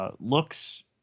Looks